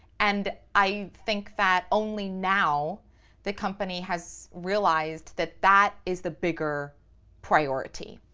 and i think that only now the company has realized that that is the bigger priority.